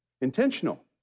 intentional